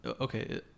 Okay